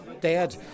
dead